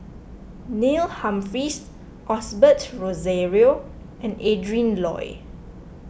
Neil Humphreys Osbert Rozario and Adrin Loi